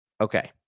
Okay